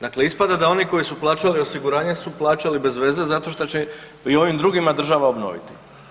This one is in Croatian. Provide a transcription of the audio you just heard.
Dakle ispada da oni koji su plaćali osiguranje su plaćali bez veze zato što će i ovim drugima država obnoviti.